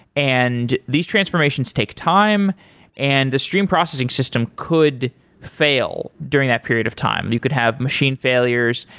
and these transformations take time and the stream processing system could fail during that period of time. you could have machine failures.